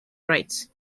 rights